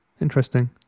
Interesting